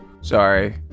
Sorry